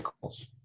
calls